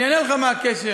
אענה לך מה הקשר.